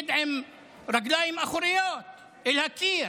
עומד עם הרגליים האחוריות אל הקיר.